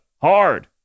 hard